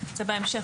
זה בהמשך.